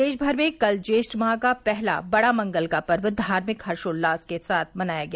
प्रदेश भर में कल ज्येष्ठ माह का पहला बड़ा मंगल का पर्व धार्मिक हर्षाल्लास के साथ मनाया गया